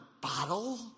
bottle